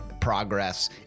progress